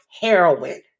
heroin